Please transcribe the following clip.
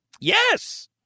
Yes